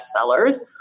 bestsellers